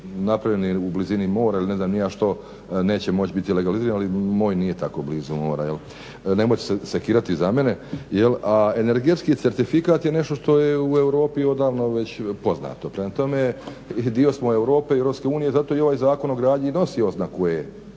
napravljeni u blizini mora ili ne znam ni ja što, neće moći biti legalizirani ali moj nije tako blizu mora. Nemojte se sekirati za mene. A energetski certifikat je nešto što je u Europi odavno već poznato. Prema tome, dio smo Europske i Europske unije zato i ovaj Zakon o gradnji i nosi oznaku E.